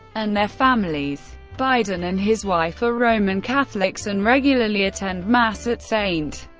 and their families. biden and his wife are roman catholics and regularly attend mass at st.